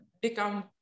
become